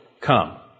come